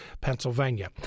Pennsylvania